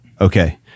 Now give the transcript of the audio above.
Okay